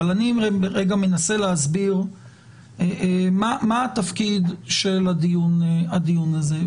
אבל אני כרגע מנסה להסביר מה התפקיד של הדיון הזה.